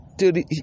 dude